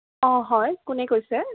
অঁ হয় কোনে কৈছে